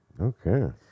okay